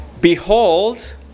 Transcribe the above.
Behold